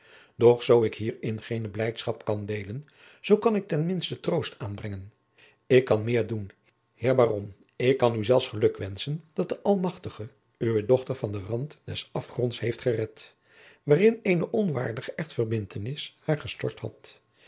doch zoo ik hier in geene blijdschap kan deelen zoo kan ik ten minste troost aanbrengen ik kan meer doen heer baron ik kan u zelfs geluk wenschen dat de almachtige uwe dochter van den rand des afgronds heeft gered waarin eene onwaardige echtverbindtenis haar gestort had